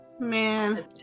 man